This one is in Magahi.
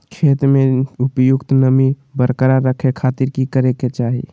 खेत में उपयुक्त नमी बरकरार रखे खातिर की करे के चाही?